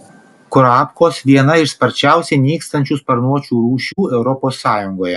kurapkos viena iš sparčiausiai nykstančių sparnuočių rūšių europos sąjungoje